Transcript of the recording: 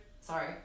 sorry